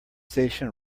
station